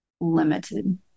limited